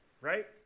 right